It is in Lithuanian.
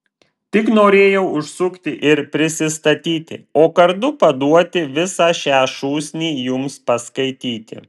tik norėjau užsukti ir prisistatyti o kartu paduoti visą šią šūsnį jums paskaityti